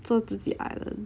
做自己 island